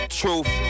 truth